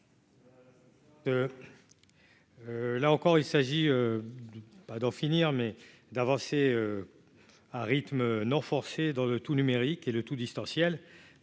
d'en finir mais d'avancer à rythme non forcé dans le tout numérique et le tout distanciel